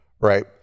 right